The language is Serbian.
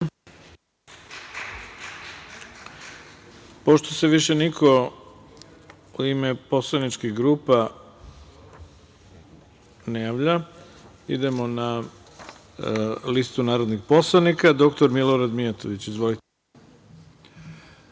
se više niko u ime poslaničkih grupa ne javlja, idemo na listu narodnih poslanika. Reč ima dr Milorad Mijatović. Izvolite.